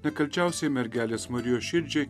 nekalčiausiajai mergelės marijos širdžiai